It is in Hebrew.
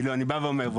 אני בא ואומר,